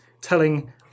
telling